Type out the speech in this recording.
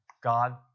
God